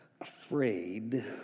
afraid